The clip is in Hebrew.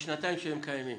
בשנתיים שהם קיימים,